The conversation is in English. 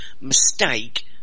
mistake